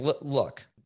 look